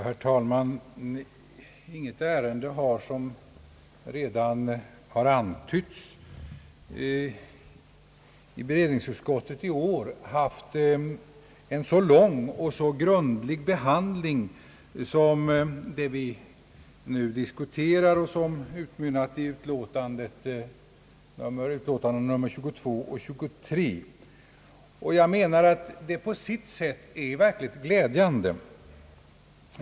Herr talman! Inget ärende har, som redan antytts, i beredningsutskottet i år fått en så lång och grundlig behandling som det vi nu diskuterar och vilket utmynnat i utlåtandena nr 22 och 23. Detta är på sitt sätt verkligt glädjande.